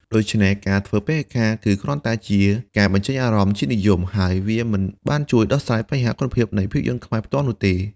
ដូច្នេះ ការធ្វើពហិការគឺគ្រាន់តែជា ការបញ្ចេញអារម្មណ៍ជាតិនិយម ហើយវាមិនបានជួយដោះស្រាយបញ្ហាគុណភាពនៃភាពយន្តខ្មែរផ្ទាល់នោះទេ។